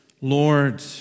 Lord